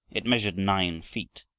it measured nine feet.